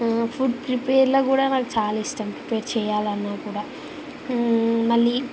food ప్రిపేర్లో కూడా నాకు చాలా ఇష్టం ప్రిపేర్ చేయాలన్నా కూడా మళ్ళీ